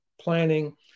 planning